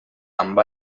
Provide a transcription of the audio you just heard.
amb